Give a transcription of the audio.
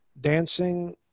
dancing